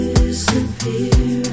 disappear